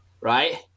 right